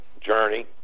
journey